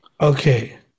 Okay